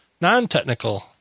non-technical